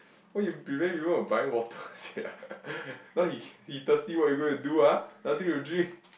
why you prevent people from buying water sia now he he thirsty what you gonna do ah nothing to drink